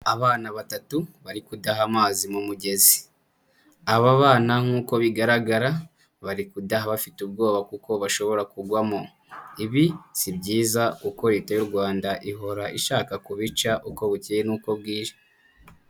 Abana batatu bari kudaha amazi mu mugezi aba bana nkuko bigaragara bari kudaha bafite ubwoba kuko bashobora kugwamo ibi si byiza kuko leta y'u Rwanda ihora ishaka kubica uko bukeye n'uko bwije.